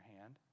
hand